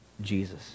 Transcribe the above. Jesus